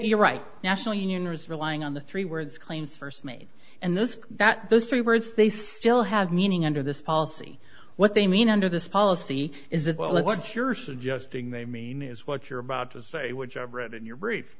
you're right national union or is relying on the three words claims st made and those that those three words they still have meaning under this policy what they mean under this policy is that well what you're suggesting they mean is what you're about to say which i've read in your